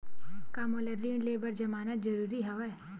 का मोला ऋण ले बर जमानत जरूरी हवय?